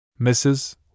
Mrs